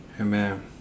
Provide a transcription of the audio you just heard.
Amen